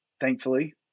thankfully